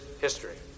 history